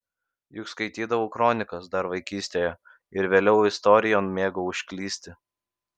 juk skaitydavau kronikas dar vaikystėje ir vėliau istorijon mėgau užklysti